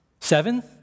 Seven